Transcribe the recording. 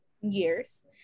years